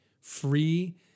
free